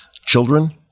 Children